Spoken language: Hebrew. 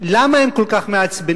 למה הם כל כך מעצבנים